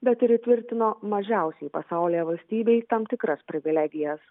bet ir įtvirtino mažiausiai pasaulyje valstybei tam tikras privilegijas